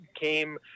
came